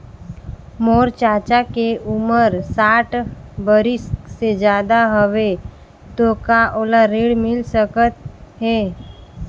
मोर चाचा के उमर साठ बरिस से ज्यादा हवे तो का ओला ऋण मिल सकत हे?